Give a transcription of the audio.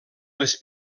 les